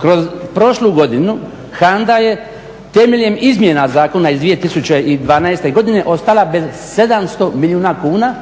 kroz prošlu godinu HANDA je temeljem izmjena zakona iz 2012. godine ostala bez 700 milijuna kuna